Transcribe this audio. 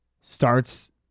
starts